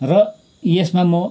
र यसमा म